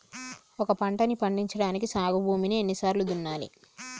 ఒక పంటని పండించడానికి సాగు భూమిని ఎన్ని సార్లు దున్నాలి?